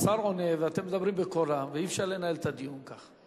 השר עונה ואתם מדברים בקול רם ואי-אפשר לנהל את הדיון כך.